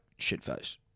shitface